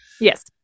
yes